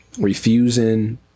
refusing